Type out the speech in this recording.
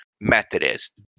Methodist